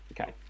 Okay